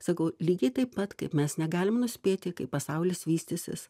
sakau lygiai taip pat kaip mes negalim nuspėti kaip pasaulis vystysis